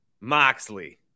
Moxley